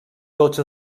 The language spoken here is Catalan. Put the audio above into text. tots